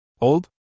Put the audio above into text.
Old